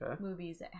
movies